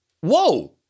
whoa